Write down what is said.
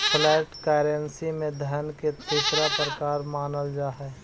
flat currency के धन के तीसरा प्रकार मानल जा हई